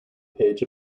page